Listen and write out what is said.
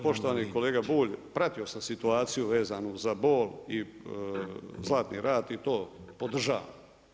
Poštovani kolega Bulj, pratio sam situaciju vezanu za Bol i Zlatni rat i to podržavam.